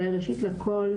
אולי ראשית לכל,